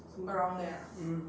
mm mm